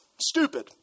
Stupid